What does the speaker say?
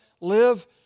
live